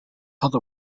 other